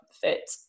fit